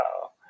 Wow